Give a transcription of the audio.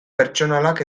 pertsonalak